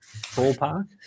ballpark